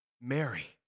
Mary